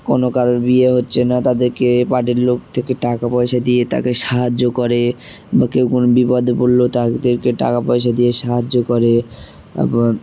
কোনো কারোর বিয়ে হচ্ছে না তাদেরকে পার্টির লোক থেকে টাকা পয়সা দিয়ে তাকে সাহায্য করে বা কেউ কোনো বিপদে পড়লে তাদেরকে টাকা পয়সা দিয়ে সাহায্য করে আবার